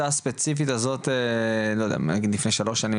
הספציפית הזאת בוא נגיד לפני שלוש שנים,